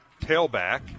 tailback